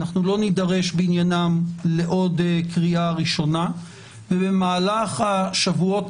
לא נידרש לעניינם לעוד קריאה ראשונה ובמהלך השבועות